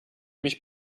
mich